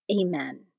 Amen